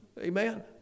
Amen